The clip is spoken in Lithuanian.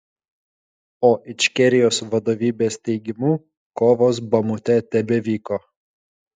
o ičkerijos vadovybės teigimu kovos bamute tebevyko